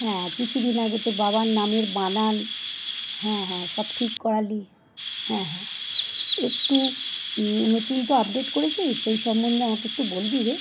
হ্যাঁ কিছু দিন আগে তো বাবার নামের বানান হ্যাঁ হ্যাঁ সব ঠিক করালি হ্যাঁ হ্যাঁ একটু নতুন তো আপডেট করেছি সেই সম্বন্ধে আমাকে একটু বলবি রে